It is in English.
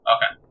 Okay